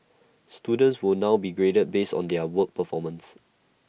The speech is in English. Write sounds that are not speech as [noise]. students will now be graded based on [noise] their own performance